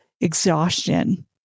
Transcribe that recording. exhaustion